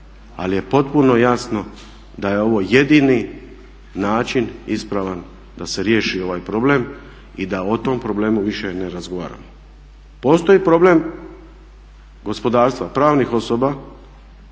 ali je potpuno jasno da je ovo jedini način ispravan da se riješi ovaj problem i da o tom problemu više ne razgovaramo. Postoji problem gospodarstva, pravnih osoba